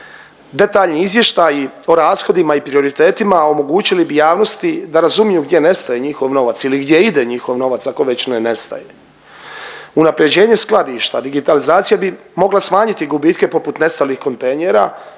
Detaljni izvještaji o rashodima i prioritetima omogućili bi javnosti da razumiju gdje nestaje njihov novac ili gdje ide njihov novac, ako već ne nestaje. Unaprjeđenje skladišta digitalizacija bi mogla smanjiti gubitke poput nestalih kontejnera